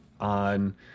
on